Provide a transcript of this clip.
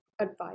advice